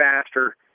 faster